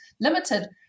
limited